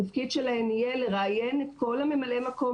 התפקיד שלהן יהיה לראיין את כל ממלאי המקום